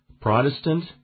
Protestant